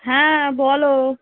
হ্যাঁ বলো